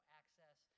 access